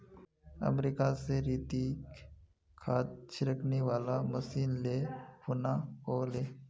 America स रितिक खाद छिड़कने वाला मशीन ले खूना व ले